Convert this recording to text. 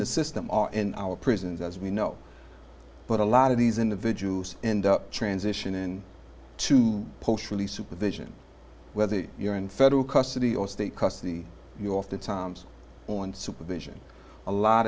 the system or in our prisons as we know but a lot of these individuals end up transition in to push really supervision whether you're in federal custody or state custody you oftentimes on supervision a lot